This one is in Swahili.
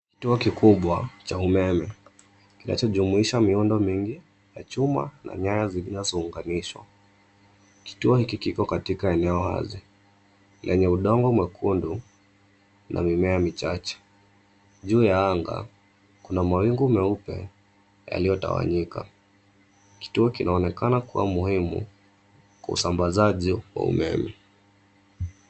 Kituo kikubwa cha umeme, kinachojumuisha miundo mingi ya chuma na nyaya zilizounganishwa. Kituo hiki kiko katika eneo wazi, lenye udongo mwekundu, na mimea michache. Juu ya anga, kuna mawingu meupe, yaliyotawanyika. Kituo kinaonekana kuwa muhimu, kwa usambazaji wa umeme.